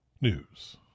News